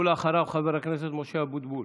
אחריו, חבר הכנסת משה אבוטבול.